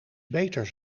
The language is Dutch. beter